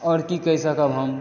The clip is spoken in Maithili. आओर की कहि सकब हम